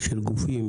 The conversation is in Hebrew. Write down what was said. של גופים